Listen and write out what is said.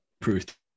proof